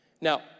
Now